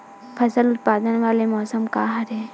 फसल उत्पादन वाले मौसम का हरे?